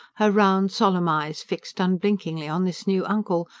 her round, solemn eyes fixed unblinkingly on this new uncle,